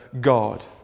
God